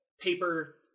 paper